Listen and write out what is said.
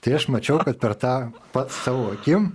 tai aš mačiau kad per tą pats savo akim